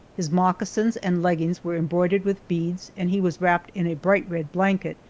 his moccasins and leggings were embroidered with beads and he was wrapped in a bright-red blanket,